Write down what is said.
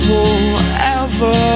Forever